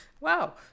wow